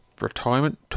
retirement